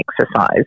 exercise